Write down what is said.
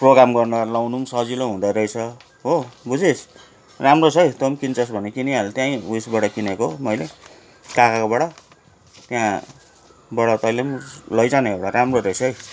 programme गर्दा लाउनु पनि सजिलो हुँदो रहेछ हो बुझिस् राम्रो छ है तँ पनि किन्छस् भने किनिहाल् त्यहीँ उयसबाट किनेको मैले काकाकोबाट त्यहाँबाट तैँले पनि लैजा न एउटा राम्रो रहेछ है